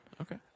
Okay